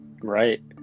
right